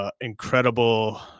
incredible